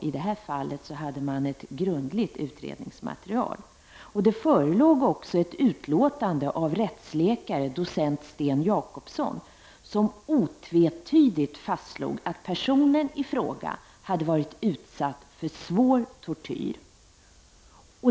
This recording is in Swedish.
I det här fallet hade man tvärtom ett grundligt utredningsmaterial. Det förelåg också ett utlåtande av rättsläkaren, docent Sten Jakobsson, som otvetydigt fastslog att personen i fråga hade varit utsatt för svår tortyr.